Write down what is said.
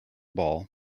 ball